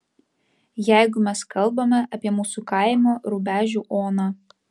jeigu mes kalbame apie mūsų kaimo rubežių oną